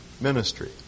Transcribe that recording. ministry